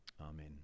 Amen